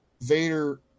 vader